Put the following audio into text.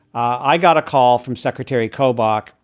i got a call from secretary kobach,